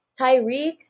Tyreek